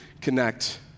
connect